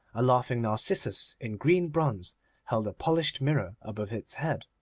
a laughing narcissus in green bronze held a polished mirror above its head.